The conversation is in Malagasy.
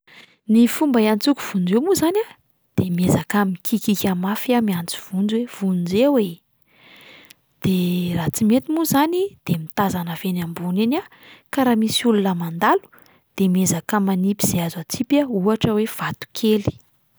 Ny fomba hiantsoako vonjeo moa izany a, de miezaka mikikika mafy aho miantso vonjy hoe "vonjeo e!", de raha tsy mety moa izany de mitazana avy eny ambony eny aho ka raha misy olona mandalo de miezaka manipy izay azo atsipy aho, ohatra hoe vato kely.